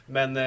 Men